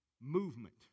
movement